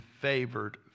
favored